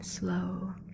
Slow